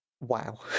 wow